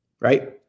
Right